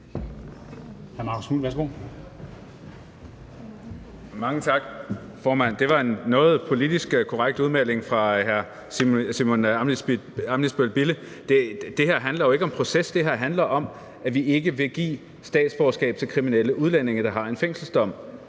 Det var en noget politisk korrekt udmelding fra hr. Simon Emil Ammitzbøll-Bille. Det her handler jo ikke om proces. Det her handler om, at vi ikke vil give statsborgerskab til kriminelle udlændinge, der har en fængselsdom,